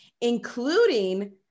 including